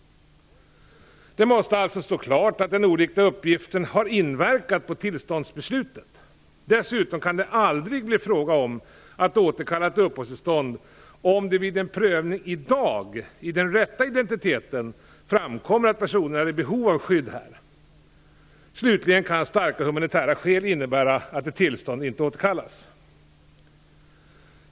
Det måste alltså stå klart att den oriktiga uppgiften har inverkat på tillståndsbeslutet. Dessutom kan det aldrig bli fråga om att återkalla ett uppehållstillstånd om det vid en prövning i dag, under den rätta identiteten, framkommer att personen är i behov av skydd här. Slutligen kan starka humanitära skäl innebära att ett tillstånd inte återkallas.